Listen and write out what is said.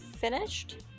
finished